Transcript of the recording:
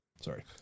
sorry